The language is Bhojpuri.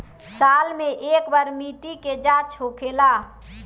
साल मे केए बार मिट्टी के जाँच होखेला?